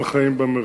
2009):